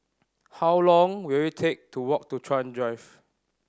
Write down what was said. how long will it take to walk to Chuan Drive